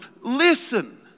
listen